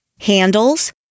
handles